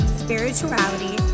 spirituality